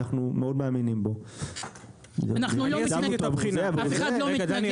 שאנחנו מאוד מאמינים בו --- אף אחד לא מתנגד